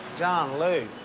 john luke.